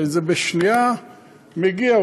הרי זה בשנייה מגיע,